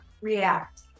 react